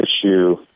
issue